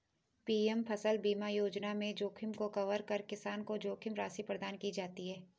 PM फसल बीमा योजना में जोखिम को कवर कर किसान को जोखिम राशि प्रदान की जाती है